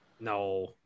No